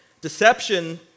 Deception